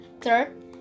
Third